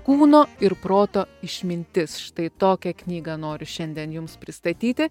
kūno ir proto išmintis štai tokią knygą noriu šiandien jums pristatyti